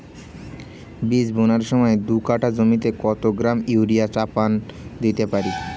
বীজ বোনার সময় দু কাঠা জমিতে কত গ্রাম ইউরিয়া চাপান দিতে পারি?